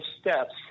steps